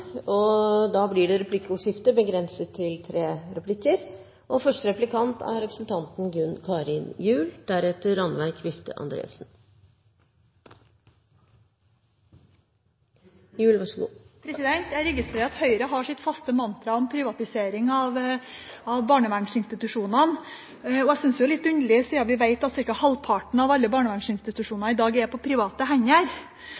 mest. Da har datasystemet oppdaget at det er replikker under debatten. Det blir replikkordskifte. Jeg registrerer at Høyre har sitt faste mantra om privatisering av barnevernsinstitusjonene. Jeg synes jo det er litt underlig, siden vi vet at ca. halvparten av alle